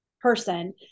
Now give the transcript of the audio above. person